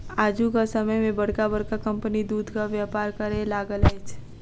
आजुक समय मे बड़का बड़का कम्पनी दूधक व्यापार करय लागल अछि